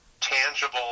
tangible